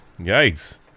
Yikes